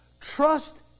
Trust